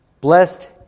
Blessed